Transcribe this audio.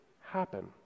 happen